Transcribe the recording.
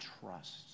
trust